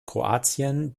kroatien